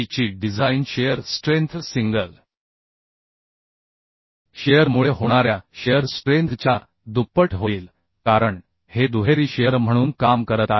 ची design shear strength single शिअरमुळे होणाऱ्या शिअर स्ट्रेंथच्या दुप्पट होईल कारण हे दुहेरी शिअर म्हणून काम करत आहे